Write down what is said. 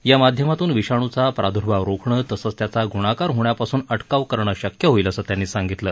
या माध्यमातून विषाणूचा प्रादर्भाव रोखणं तसंच त्याचा ग्णाकार होण्यापासून अटकाव करणं शक्य होईल असं त्यांनी सांगितलं